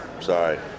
Sorry